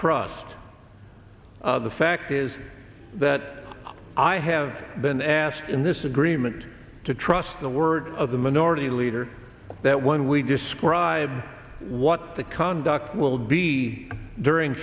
trust the fact is that i have been asked in this agreement to trust the word of the minority leader that when we describe what the conduct will be during